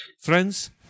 Friends